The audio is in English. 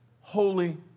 Holy